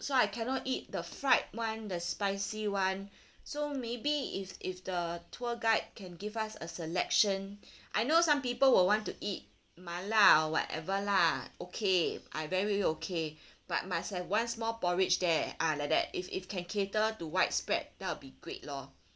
so I cannot eat the fried one the spicy one so maybe if if the tour guide can give us a selection I know some people will want to eat mala or whatever lah okay I very okay but must have one small porridge there ah like that if if can cater to widespread that will be great lor